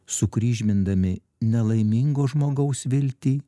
sukryžmindami nelaimingo žmogaus viltį